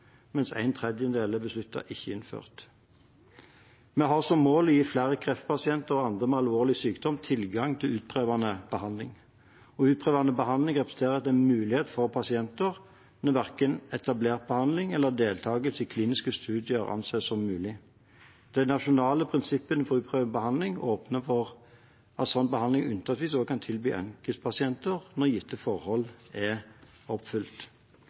mens én tredjedel er besluttet ikke innført. Vi har som mål å gi flere kreftpasienter og andre med alvorlig sykdom tilgang til utprøvende behandling. Utprøvende behandling representerer en mulighet for pasienter når verken etablert behandling eller deltakelse i kliniske studier anses som mulig. De nasjonale prinsippene for utprøvende behandling åpner for at sånn behandling unntaksvis også kan tilbys enkeltpasienter når gitte forhold er oppfylt.